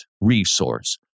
resource